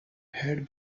had